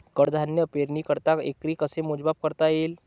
कडधान्य पेरणीकरिता एकरी कसे मोजमाप करता येईल?